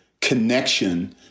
connection